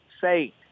say